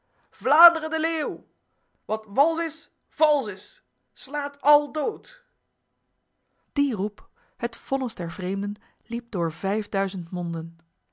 vlaanderen de leeuw wat wals is vals is slaat al dood die roep het vonnis der vreemden liep door vijfduizend monden